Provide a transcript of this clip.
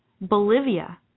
Bolivia